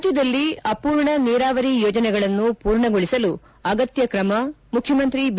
ರಾಜ್ಯದಲ್ಲಿ ಅಪೂರ್ಣ ನೀರಾವರಿ ಯೋಜನೆಗಳನ್ನು ಪೂರ್ಣಗೊಳಿಸಲು ಅಗತ್ಯ ಕ್ರಮ ಮುಖ್ಯಮಂತ್ರಿ ಬಿ